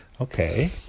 Okay